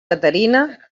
caterina